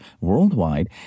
worldwide